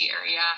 area